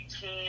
team